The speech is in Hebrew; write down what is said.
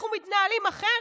אנחנו מתנהלים אחרת,